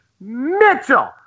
Mitchell